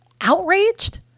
outraged